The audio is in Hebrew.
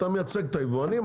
אתה מייצג את היבואנים,